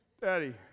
Daddy